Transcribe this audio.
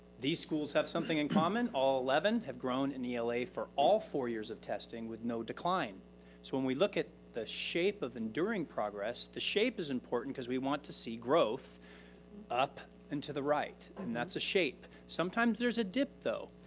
these schools have something in common. all eleven have grown in ela for all four years of testing with no decline. so when we look at the shape of enduring progress, the shape is important cause we want to see growth up and to the right. and that's the shape. sometimes there's a dip though.